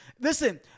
Listen